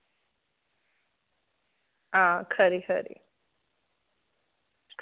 हां खरी खरी